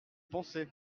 pensais